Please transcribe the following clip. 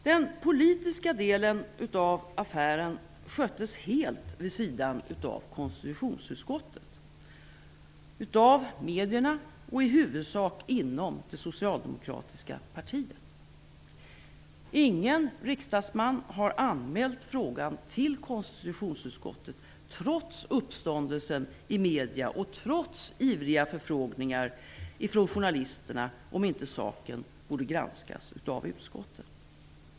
Den politiska delen av affären sköttes helt vid sidan av konstitutionsutskottet, av medierna och i huvudsak inom det socialdemokratiska partiet. Ingen riksdagsman har anmält frågan till konstitutionsutskottet, trots uppståndelsen i medierna och trots ivriga förfrågningar från journalister om inte saken borde granskas av utskottet.